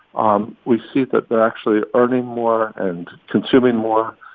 um we see that they're actually earning more and consuming more.